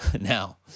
now